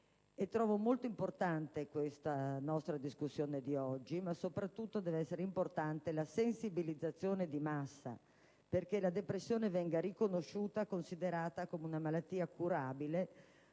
Trovo molto importante la nostra discussione di oggi, ma soprattutto è importante la sensibilizzazione di massa perché la depressione venga riconosciuta e considerata come una malattia curabile,